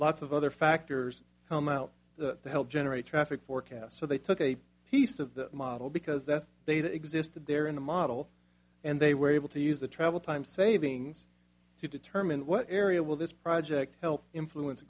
lots of other factors come out the help generate traffic forecasts so they took a piece of that model because that's they that existed there in the model and they were able to use the travel time savings to determine what area will this project help influence